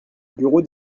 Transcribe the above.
bureau